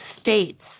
states